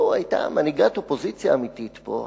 לו היתה מנהיגת אופוזיציה אמיתית פה,